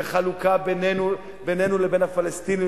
וחלוקה בינינו לבין הפלסטינים,